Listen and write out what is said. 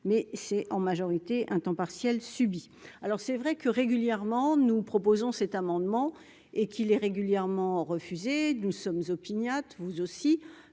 mais c'est en majorité un temps partiel subi, alors c'est vrai que régulièrement nous proposons cet amendement et qu'il est régulièrement refusé nous sommes opiniâtre, vous aussi,